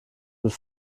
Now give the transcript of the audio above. mit